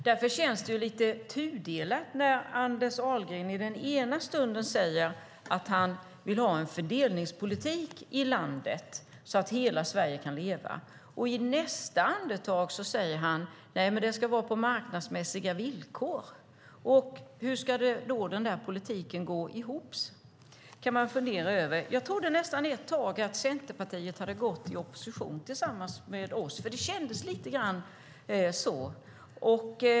Därför känns det lite tudelat när Anders Ahlgren i den ena stunden säger att han vill ha en fördelningspolitik i landet som gör att hela Sverige kan leva och i nästa andetag säger att det ska vara på marknadsmässiga villkor. Hur ska den politiken gå ihop? Det kan man fundera över. Jag trodde ett tag att Centerpartiet hade gått i opposition tillsammans med oss, för det kändes lite så.